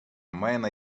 мене